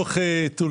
בטול